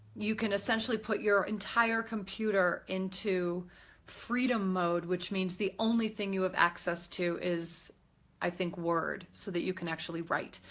you can essentially put your entire computer into freedom mode, which means the only thing you have access to is i think word, so that you can actually write.